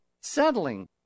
settling